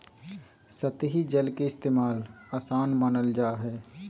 सतही जल के इस्तेमाल, आसान मानल जा हय